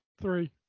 Three